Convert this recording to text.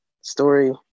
story